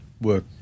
work